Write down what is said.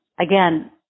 again